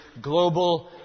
global